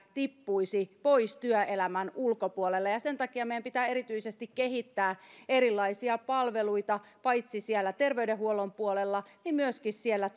tippuisi pois työelämän ulkopuolelle sen takia meidän pitää erityisesti kehittää erilaisia palveluita paitsi siellä terveydenhuollon puolella niin myöskin siellä